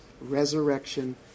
resurrection